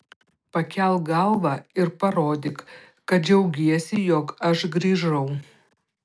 pakelk galvą ir parodyk kad džiaugiesi jog aš grįžau